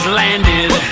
landed